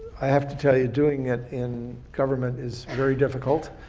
i have to tell you, doing it in government is very difficult,